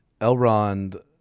Elrond